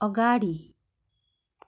अगाडि